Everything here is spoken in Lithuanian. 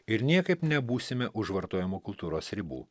ir niekaip nebūsime už vartojimo kultūros ribų